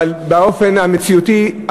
אבל באופן המציאותי,